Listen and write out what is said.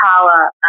power